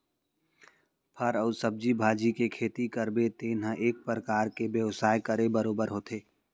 फर अउ सब्जी भाजी के खेती करबे तेन ह एक परकार ले बेवसाय करे बरोबर होथे